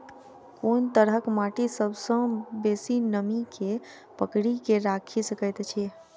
कोन तरहक माटि सबसँ बेसी नमी केँ पकड़ि केँ राखि सकैत अछि?